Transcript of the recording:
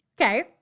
Okay